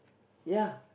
ya